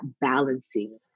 balancing